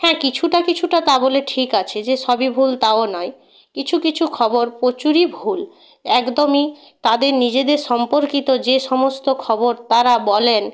হ্যাঁ কিছুটা কিছুটা তা বলে ঠিক আছে যে সবই ভুল তাও নয় কিছু কিছু খবর প্রচুরই ভুল একদমই তাদের নিজেদের সম্পর্কিত যে সমস্ত খবর তারা বলেন